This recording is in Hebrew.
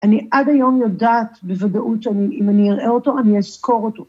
אני עד היום יודעת בוודאות, שאני, אם אני אראה אותו, אני אזכור אותו.